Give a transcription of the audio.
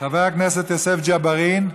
חבר הכנסת יוסף ג'בארין,